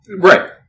Right